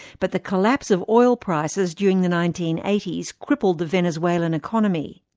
but the collapse of oil prices during the nineteen eighty s crippled the venezuelan economy.